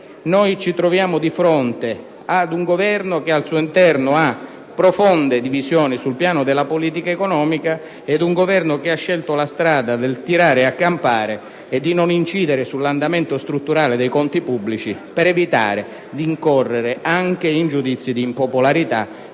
noi ci troviamo di fronte ad un Governo che al suo interno ha profonde divisioni sul piano della politica economica e che ha scelto la strada del tirare a campare e di non incidere sull'andamento strutturale dei conti pubblici per evitare di rendersi impopolari,